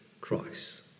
Christ